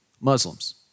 Muslims